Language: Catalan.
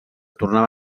tornava